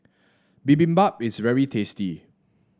bibimbap is very tasty